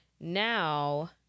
Now